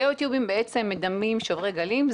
גיאוטיובים בעצם מדמים שוברי גלים,